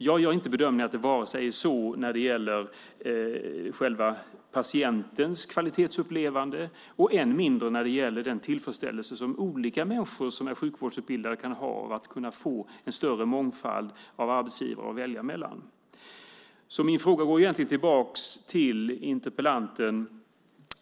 Jag gör inte bedömningen att det är så när det gäller patientens kvalitetsupplevelse och än mindre när det gäller den tillfredsställelse som olika människor som är sjukvårdsutbildade kan få av att kunna ha en större mångfald av arbetsgivare att välja mellan. Min fråga går egentligen tillbaka till interpellanten.